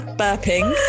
burping